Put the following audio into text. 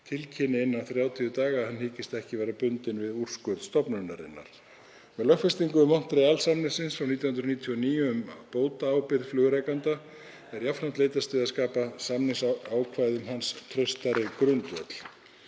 tilkynni innan 30 daga að hann hyggist ekki vera bundinn við úrskurð stofnunarinnar. Með lögfestingu Montreal-samningsins frá 1999, um bótaábyrgð flugrekanda, er jafnframt leitast við að skapa samningsákvæðum hans traustari grundvöll.